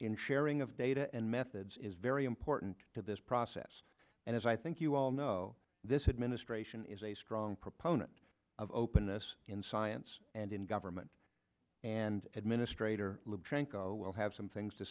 in sharing of data and methods is very important to this process and as i think you all know this administration is a strong proponent of openness in science and in government and administrator live janko will have some things to